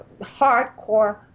hardcore